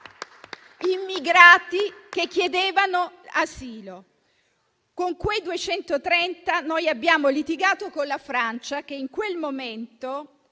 immigrati che chiedevano asilo noi abbiamo litigato con la Francia, che in quel momento